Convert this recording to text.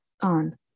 on